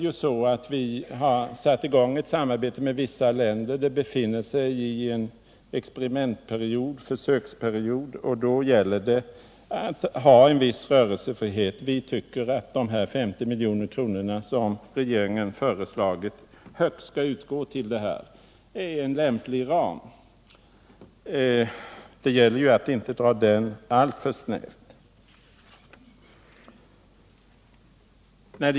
Vi har med vissa länder satt i gång ett samarbete, som ännu befinner sig i en experimentoch försöksperiod, och då gäller det att ha en viss rörelsefrihet. Vi tycker att de 50 milj.kr. som regeringen föreslagit som en högsta gräns för detta ändamål är en lämplig ram. Det gäller att inte göra denna alltför snäv.